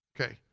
Okay